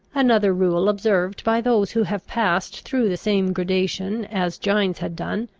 another rule observed by those who have passed through the same gradation as gines had done,